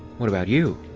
what about you?